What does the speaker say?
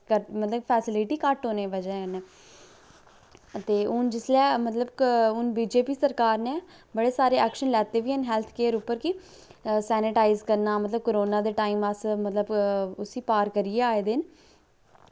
मतलब फैसिलिटी घट्ट होने दी बजह कन्नै ते हून जिसलै मतलब हून क बीजेपी सरकार नै बड़े सारे एक्शन लैते वी हैन हैल्थ केयर उप्पर कि सैनीटाईज करना मतलब कोरोना दे टाईम अस मतलब उस्सी पार करियै आये दे न